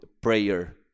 prayer